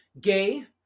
Gay